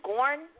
Gorn